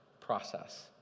process